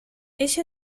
ella